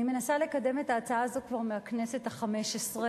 אני מנסה לקדם את ההצעה הזאת כבר מהכנסת החמש-עשרה.